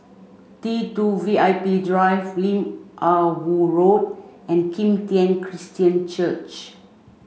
T two V I P Drive Lim Ah Woo Road and Kim Tian Christian Church